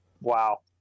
Wow